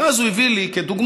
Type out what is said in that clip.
ואז הוא הביא לי כדוגמה,